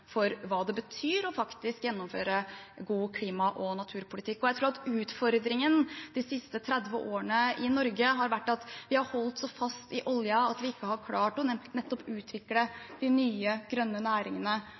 for hva det faktisk betyr å gjennomføre god klima- og naturpolitikk. Jeg tror at utfordringen i Norge de siste 30 årene har vært at vi har holdt så fast i oljen at vi ikke har klart å utvikle de nye grønne næringene